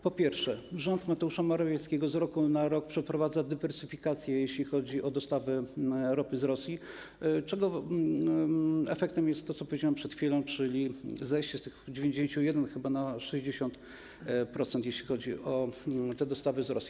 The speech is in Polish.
Po pierwsze, rząd Mateusza Morawieckiego z roku na rok przeprowadza dywersyfikację, jeśli chodzi o dostawy ropy z Rosji, czego efektem jest to, o czym powiedziałem przed chwilą, czyli zejście z 91 chyba na 60%, jeśli chodzi o dostawy z Rosji.